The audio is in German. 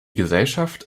gesellschaft